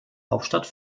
hauptstadt